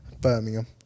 Birmingham